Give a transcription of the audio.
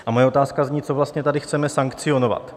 A moje otázka zní: Co vlastně tady chceme sankcionovat?